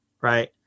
right